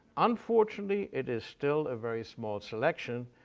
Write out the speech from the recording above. unfortunately, it is still a very small selection,